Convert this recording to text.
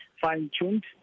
fine-tuned